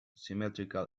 symmetrical